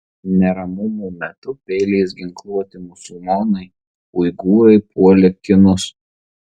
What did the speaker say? neramumų metu peiliais ginkluoti musulmonai uigūrai puolė kinus